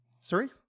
Sorry